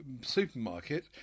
supermarket